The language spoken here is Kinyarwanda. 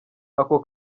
ako